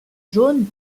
jaunes